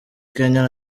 kenya